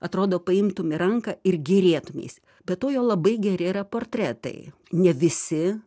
atrodo paimtum į ranką ir gėrėtumeisi be to jo labai geri yra portretai ne visi